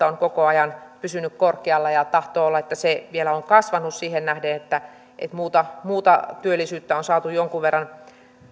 on koko ajan pysynyt korkealla ja tahtoo olla että se vielä on kasvanut siihen nähden että muuta muuta työllisyyttä on saatu jonkun verran